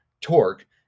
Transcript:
torque